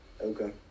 Okay